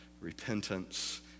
repentance